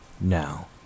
Now